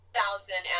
thousand